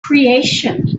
creation